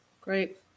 Great